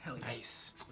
Nice